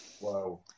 Wow